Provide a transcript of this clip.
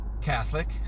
Catholic